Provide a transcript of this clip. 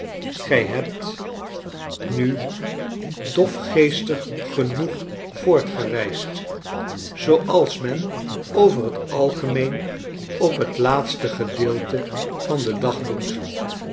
gij hebt nu dofgeestig genoeg voortgereisd zooals men over het algemeen op het laatste gedeelte van den dag doet